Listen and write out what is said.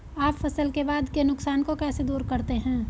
आप फसल के बाद के नुकसान को कैसे दूर करते हैं?